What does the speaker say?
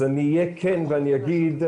אז אני אהיה כן ואני אגיד,